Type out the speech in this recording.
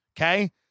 Okay